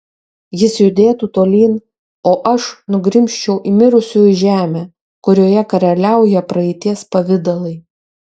jis judėtų tolyn o aš nugrimzčiau į mirusiųjų žemę kurioje karaliauja praeities pavidalai